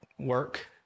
work